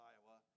Iowa